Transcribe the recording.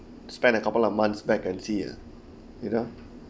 spend a couple of months back and see uh you know